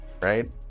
Right